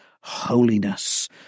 holiness